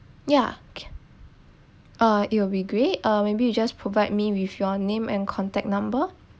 yeah can uh it will be great uh maybe you just provide me with your name and contact number